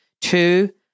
Two